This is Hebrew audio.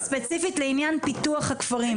זה ספציפית לעניין פיתוח הכפרים,